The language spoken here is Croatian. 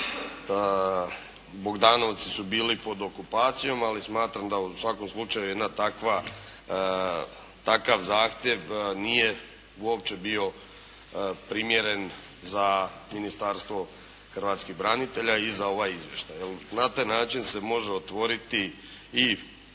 Bogdanovci su bili pod okupacijom, ali smatram da u svakom slučaju jedna takva, takav zahtjev nije uopće bio primjeren za Ministarstvo hrvatskih branitelja i za ovaj izvještaj jel? Na taj način se može otvoriti i